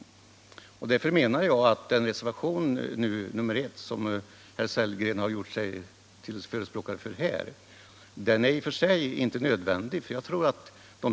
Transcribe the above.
Därför menar jag att reservation 1, som herr Sellgren gjort sig till förespråkare för här, i och för sig inte är nödvändig.